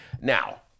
now